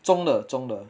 中的中的